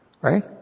Right